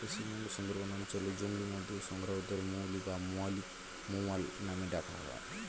পশ্চিমবঙ্গের সুন্দরবন অঞ্চলে জংলী মধু সংগ্রাহকদের মৌলি বা মৌয়াল নামে ডাকা হয়